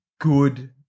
good